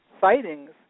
sightings